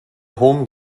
home